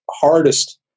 hardest